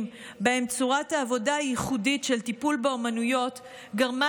שבהם צורת העבודה הייחודית של טיפול באומנויות גרמה